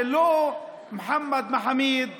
זה לא מוחמד מחאמיד,